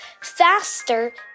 faster